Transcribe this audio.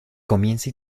comienza